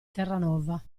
terranova